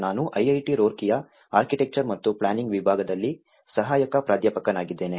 ನಾನು IIT ರೂರ್ಕಿಯ architecture ಮತ್ತು ಪ್ಲಾನಿಂಗ್ ವಿಭಾಗದಲ್ಲಿ ಸಹಾಯಕ ಪ್ರಾಧ್ಯಾಪಕನಾಗಿದ್ದೇನೆ